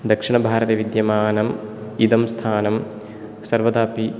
दक्षिण भारते विद्यमानं इदं स्थानं सर्वदापि